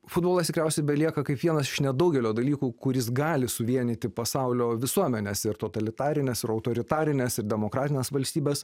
futbolas tikriausiai belieka kaip vienas iš nedaugelio dalykų kuris gali suvienyti pasaulio visuomenes ir totalitarines autoritarines ir demokratines valstybes